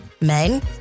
Men